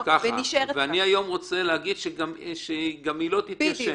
אני היום רוצה להגיד שהיא גם לא תתיישן?